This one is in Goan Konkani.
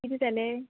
कितें जालें